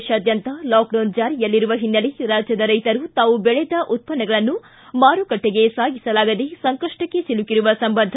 ದೇಶಾದ್ಯಂತ ಲಾಕ್ಡೌನ್ ಜಾರಿಯಲ್ಲಿರುವ ಹಿನ್ನೆಲೆ ರಾಜ್ಯದ ರೈತರು ತಾವು ಬೆಳೆದ ಉತ್ತನ್ನಗಳನ್ನು ಮಾರುಕಟ್ಟೆಗೆ ಸಾಗಿಸಲಾಗದೆ ಸಂಕಷ್ಟಕ್ಕೆ ಸಿಲುಕಿರುವ ಸಂಬಂಧ